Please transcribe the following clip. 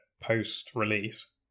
post-release